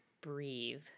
Breathe